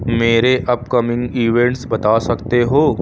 میرے upcoming events بتا سکتے ہو